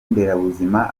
nderabuzima